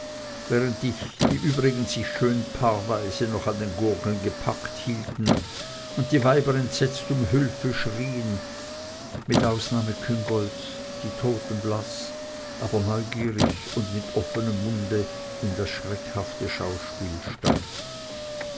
während die übrigen sich schön paarweise noch an den gurgeln gepackt hielten und die weiber entsetzt um hilfe schrieen mit ausnahme küngolts die totenblaß aber neugierig und mit offenem munde in das schreckhafte schauspiel starrte